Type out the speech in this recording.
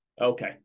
Okay